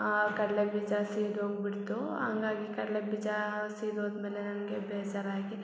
ಆ ಕಡ್ಲೆಬೀಜ ಸಿದೋಗ್ಬಿಡ್ತು ಹಂಗಾಗಿ ಕಡ್ಲೆಬೀಜ ಸಿದೋದ್ಮೇಲೆ ನನಗೆ ಬೇಜಾರಾಗಿ